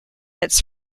its